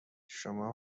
شما